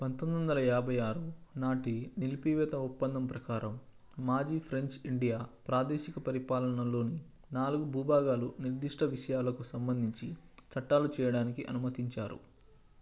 పంతొమ్మిదొందల యాభై ఆరు నాటి నిలిపివేత ఒప్పందం ప్రకారం మాజీ ఫ్రెంచ్ ఇండియా ప్రాదేశిక పరిపాలనలోని నాలుగు భూభాగాలు నిర్దిష్ట విషయాలకు సంబంధించి చట్టాలు చేయడానికి అనుమతించారు